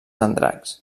andratx